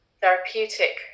therapeutic